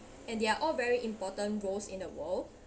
and they are all very important roles in the world